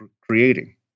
creating